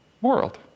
world